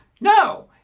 No